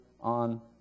on